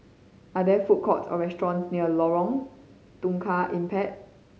are there food courts or restaurants near Lorong Tukang Empat